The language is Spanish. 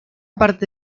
parte